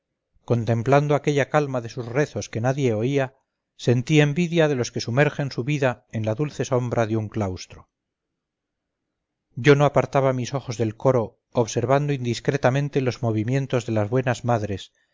contemplando aquella calma de sus rezos que nadie oía sentí envidia de los que sumergen su vida en la dulce sombra de un claustro yo no apartaba mis ojos del coro observando indiscretamente los movimientos de las buenas madres